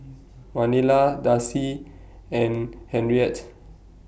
Manilla Darcie and Henriette